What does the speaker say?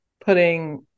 putting